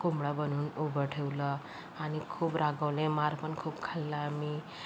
कोंबडा बनवून उभं ठेवलं आणि खूप रागावले मार पण खूप खाल्ला आम्ही